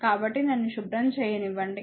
కాబట్టి నన్ను శుభ్రం చేయనివ్వండి